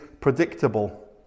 predictable